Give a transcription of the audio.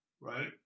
right